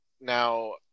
Now